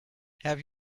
have